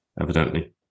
evidently